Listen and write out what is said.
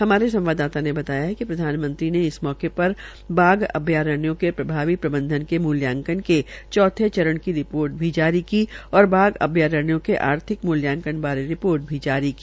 हमारे संवाददाता ने बताया कि प्रधानमंत्री ने इस मौके पर बाघ अभयारण्यों के प्रभावी प्रबंधन के मूल्यांकन के चौथे चरण की रिपोर्ट भी की जारी की और बाघ अभ्यारण्यों के के आर्थिक मुल्यांकन बारे रिपोर्ट भी जारी की